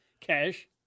cash